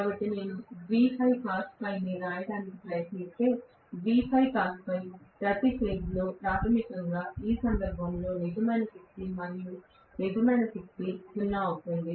కాబట్టి నేను వ్రాయడానికి ప్రయత్నిస్తే ప్రతి ఫేజ్ లో ప్రాథమికంగా ఈ సందర్భంలో నిజమైన శక్తి మరియు నిజమైన శక్తి 0 అవుతుంది